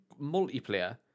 multiplayer